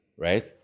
right